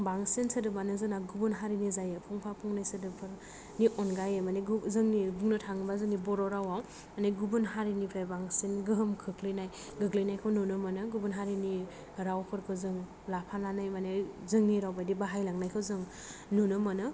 बांसिन सोदोबानो जोंना गुबुन हारिनि जायो फंफा फंनै सोदोबफोर बि अनगायै मानि बुंनो थाङोबा जोंनि बर' रावआव गुबुन हारिनिफ्राय बांसिन गोहोम खोख्लैनाय गोग्लैनायखौ नुनो मोनो गुबुन हारिनि रावफोरखौ जों लाफानानै मानि जोंनि रावबायदि बाहायलांनायखौ जों नुनो मोनो